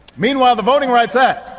meanwhile, the voting rights act,